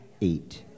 eight